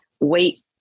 Wait